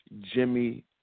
Jimmy